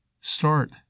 start